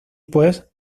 pues